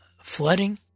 flooding